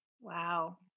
Wow